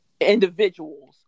individuals